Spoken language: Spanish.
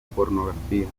pornografía